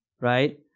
right